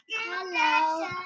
Hello